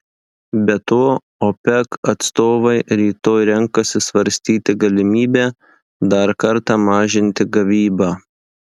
be to opec atstovai rytoj renkasi svarstyti galimybę dar kartą mažinti gavybą